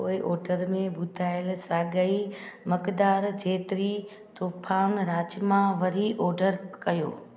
पोए ऑडए में ॿुधायल साॻई मक़दार जेतिरी ट्रूफार्म राजमा वरी ऑडर कयो